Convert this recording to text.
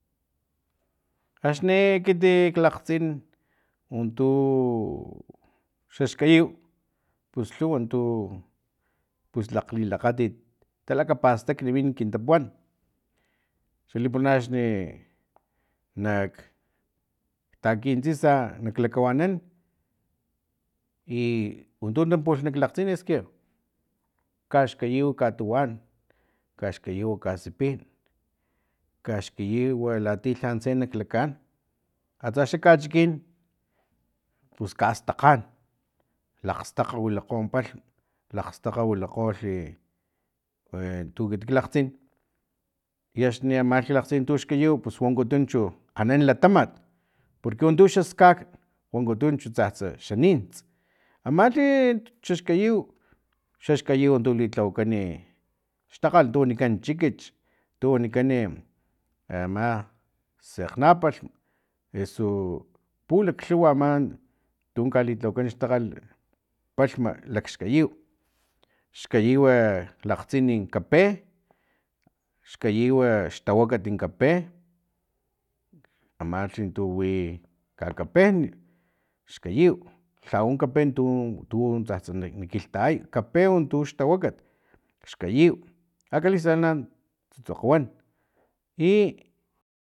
Axni ekitik lakgtsin untu xaxkayiw pus lhuw untu pus lakglilakgatit talakapastakni min kin tapuwan xali pulana axni nak takin tsina nak lakawanan iuntu pulh nak lakgtsin esque kaxkayiw katuwan kaxkayiw kasipin kaxkayiw latiya lhantse nak lakaan atsa xa kachikin pus kastakgan lakgtakg wilakgo palhm lakgstakg wilakgolhi e tu ekitik lakgtsin i axni amak lakgtsin tuxkayiw pus wankutun chu anan latamat porque untu xaskak wankutun chutsa xa nints amalhi xaxkayiw xaxkatiy untu tlawakani xtakalh untu wanikan chikich tu wanikani ama sekgnapalhm eso pulaklhuwa ama tun kalilhawakan xtakgalh palhma lakxkayiw xkayiwa lakgtsini kape xkayiwa xtawakati kape amalhi tu wi kakapen xkayiw lhaun kape tu tsatsa na kilhtayay kape untux tawakat xkayiw akalistal na tsutsokgo wan i